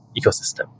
ecosystem